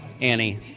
Annie